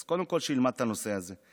אז קודם כול שילמד את הנושא הזה.